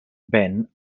ben